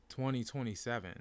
2027